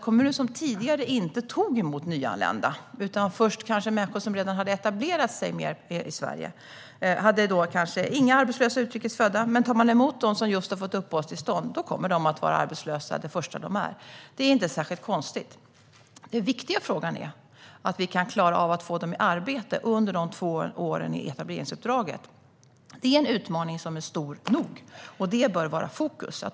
Kommuner som tidigare inte tog emot nyanlända utan bara människor som redan hade etablerat sig mer i Sverige hade tidigare kanske inga arbetslösa utrikes födda. Men de som nyss har fått uppehållstillstånd kommer naturligtvis att vara arbetslösa till att börja med. Det är inte särskilt konstigt. Den viktiga frågan är att vi kan klara av att få dem i arbete under de två åren i etableringsuppdraget. Det är en utmaning som är stor nog. Det bör vara i fokus.